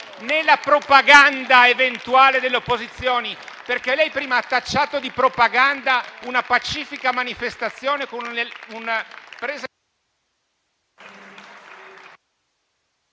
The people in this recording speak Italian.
né la propaganda eventuale delle opposizioni. Prima ha tacciato di propaganda una pacifica manifestazione con una presa...